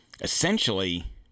essentially